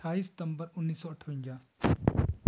ਅਠਾਈ ਸਤੰਬਰ ਉੱਨੀ ਸੌ ਅੱਠਵੰਜਾ